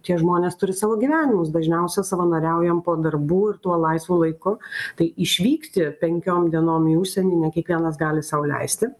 tie žmonės turi savo gyvenimus dažniausia savanoriaujam po darbų ir tuo laisvu laiku tai išvykti penkiom dienom į užsienį ne kiekvienas gali sau leisti